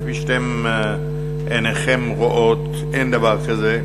כפי שעיניכם רואות אין דבר כזה.